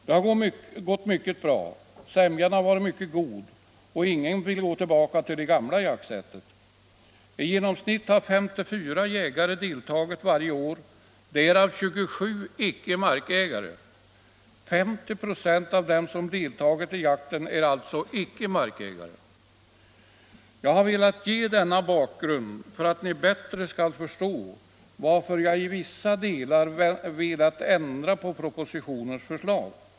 Det har gått mycket bra. Sämjan har varit god, och ingen vill gå tillbaka till det gamla jaktsättet. I genomsnitt har 54 jägare deltagit varje år, därav 27 icke markägare. 50 6 av dem som deltagit i jakten är alltså icke markägare. Jag har velat ge denna bakgrund för att ni bättre skall förstå varför jag i vissa delar velat ändra på propositionens förslag.